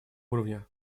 уровня